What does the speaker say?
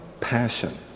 passion